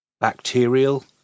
bacterial